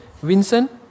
Vincent